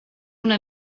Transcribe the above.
una